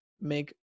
make